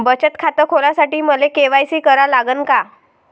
बचत खात खोलासाठी मले के.वाय.सी करा लागन का?